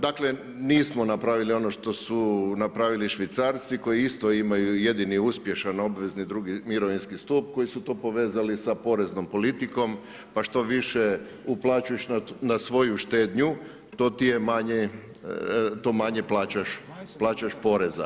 Dakle, nismo napravili ono što su napravili Švicarci koji isto imaju jedini uspješan obvezni drugi mirovinski stup, koji su to povezali sa poreznom politikom, pa što više uplaćuješ na svoju štednju to ti je manje, to manje plaćaš poreza.